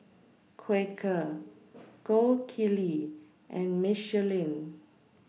Quaker Gold Kili and Michelin